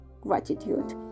gratitude